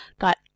got